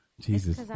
Jesus